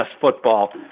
football